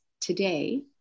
today